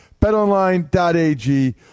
BetOnline.ag